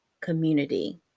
community